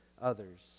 others